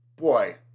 Boy